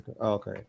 Okay